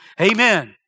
Amen